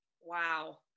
wow